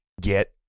get